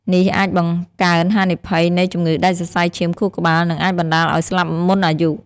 នេះអាចបង្កើនហានិភ័យនៃ ជំងឺដាច់សរសៃឈាមខួរក្បាល និងអាចបណ្ដាលឱ្យស្លាប់មុនអាយុ។